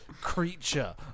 creature